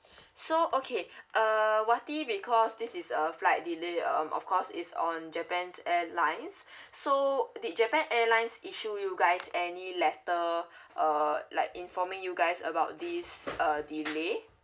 so okay uh wati because this is a flight delay um of course it's on japan's airlines so did japan airlines issue you guys any letter uh like informing you guys about this uh delay